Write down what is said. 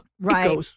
Right